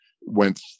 went